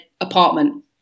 apartment